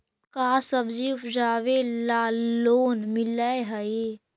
का सब्जी उपजाबेला लोन मिलै हई?